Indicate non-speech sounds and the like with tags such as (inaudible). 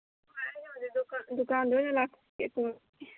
ꯍꯣꯏ ꯑꯩ (unintelligible) ꯗꯨꯀꯥꯟꯗ ꯑꯣꯏꯅ (unintelligible)